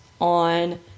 on